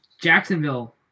Jacksonville